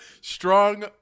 strong